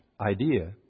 idea